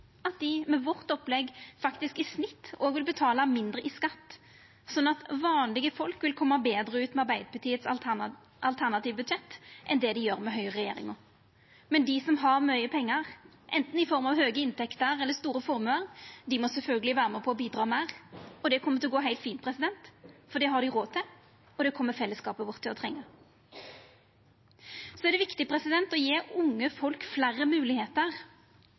der dei som har inntekter på 750 000 kr eller mindre, med vårt opplegg i snitt òg vil betala mindre i skatt. Så vanlege folk vil koma betre ut med Arbeidarpartiets alternative budsjett enn det dei gjer med høgreregjeringa. Men dei som har mykje pengar, anten i form av høge inntekter eller store formuar, dei må sjølvsagt vera med på bidra meir. Det kjem til å gå heilt fint, for det har dei råd til, og det kjem fellesskapen vår til å trengja. Så er det viktig å gje unge folk fleire